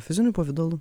fiziniu pavidalu